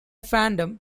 phantom